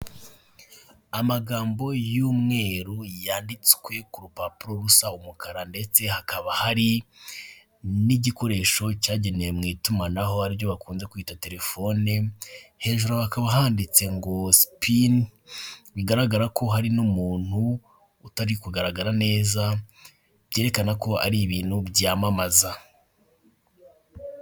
Amagambo y'umweru yanditswe ku rupapuro rusa umukara, ndetse hakaba hari n'igikoresho cyagenewe mu itumanaho ariryo bakunze kwita telefone, hejuru bakaba handitse ngo sipini bigaragara ko hari n'umuntu utari kugaragara neza, byerekana ko ari ibintu byamamaza.